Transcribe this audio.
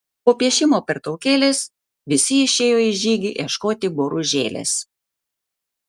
po piešimo pertraukėlės visi išėjo į žygį ieškoti boružėlės